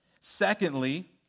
Secondly